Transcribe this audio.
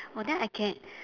oh then I can